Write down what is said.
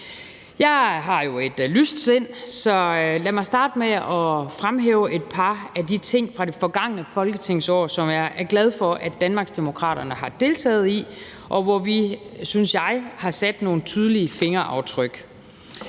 Jeg har jo et lyst sind, så lad mig starte med at fremhæve et par af de ting fra det forgangne folketingsår, som jeg er glad for at Danmarksdemokraterne har deltaget i, og hvor vi, synes jeg, har sat nogle tydelige fingeraftryk.